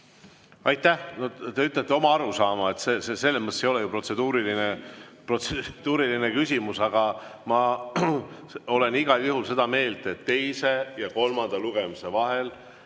Aitäh! Te ütlesite oma arusaama, see ei ole selles mõttes ju protseduuriline küsimus. Aga ma olen igal juhul seda meelt, et teise ja kolmanda lugemise vahel